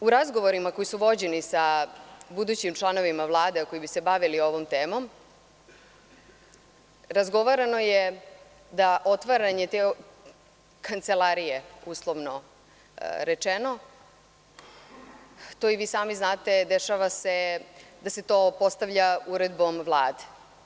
U razgovorima koji su vođeni sa budućim članovima Vlade a koji bi se bavili ovom temom, razgovarano je da otvaranje te kancelarije, uslovno rečeno, to i vi sami znate dešava se da se to postavlja uredbom Vlade.